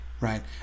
right